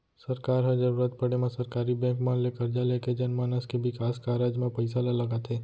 सरकार ह जरुरत पड़े म सरकारी बेंक मन ले करजा लेके जनमानस के बिकास कारज म पइसा ल लगाथे